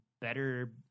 better